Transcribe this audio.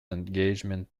engagement